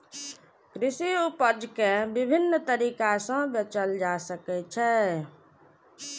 कृषि उपज कें विभिन्न तरीका सं बेचल जा सकै छै